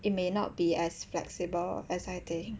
it may not be as flexible as I think